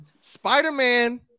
Spider-Man